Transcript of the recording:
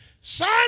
Son